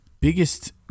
biggest